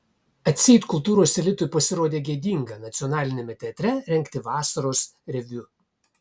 atseit kultūros elitui pasirodė gėdinga nacionaliniame teatre rengti vasaros reviu